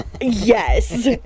Yes